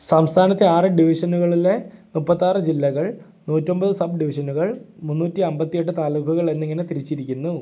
സംസ്ഥാനത്തെ ആറ് ഡിവിഷനുകളിലെ മുപ്പത്തി ആറ് ജില്ലകൾ നൂറ്റി ഒമ്പത് സബ് ഡിവിഷനുകൾ മുന്നൂറ്റി അമ്പത്തി എട്ട് താലൂക്കുകൾ എന്നിങ്ങനെ തിരിച്ചിരിക്കുന്നു